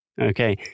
Okay